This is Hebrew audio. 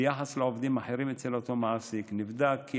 ביחס לעובדים אחרים אצל אותו מעסיק נבדק כי